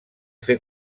fer